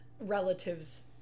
relatives